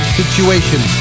situation